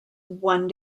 one